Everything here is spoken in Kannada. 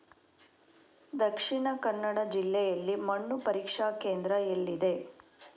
ದಕ್ಷಿಣ ಕನ್ನಡ ಜಿಲ್ಲೆಯಲ್ಲಿ ಮಣ್ಣು ಪರೀಕ್ಷಾ ಕೇಂದ್ರ ಎಲ್ಲಿದೆ?